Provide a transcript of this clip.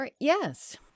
Yes